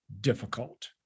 difficult